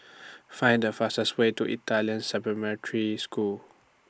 Find The fastest Way to Italian Supplementary School